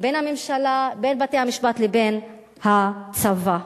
בין בתי-המשפט לבין הצבא,